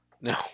No